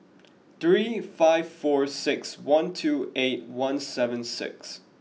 three five four six one two eight one seven six